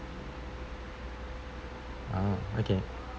ah okay